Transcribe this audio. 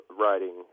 writing